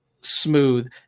smooth